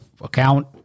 account